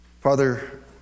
Father